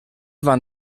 van